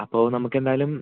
അപ്പോൾ നമുക്കെന്തായാലും